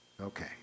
Okay